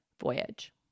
voyage